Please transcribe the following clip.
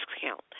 discount